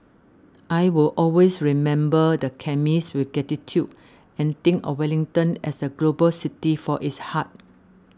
I will always remember the chemist with gratitude and think of Wellington as a global city for its heart